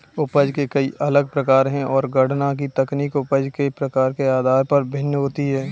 उपज के कई अलग प्रकार है, और गणना की तकनीक उपज के प्रकार के आधार पर भिन्न होती है